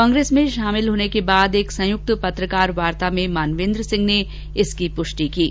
कांग्रेस में शामिल होने के बाद एक संयुक्त पत्रकार वार्ता में मानवेन्द्र सिंह ने इसकी पुष्टि की है